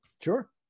sure